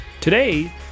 Today